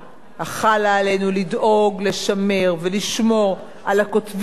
לדאוג לשמר ולשמור על הכותבים בלשון העברית.